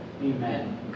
Amen